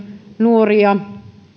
nuoria ja